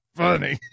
funny